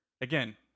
Again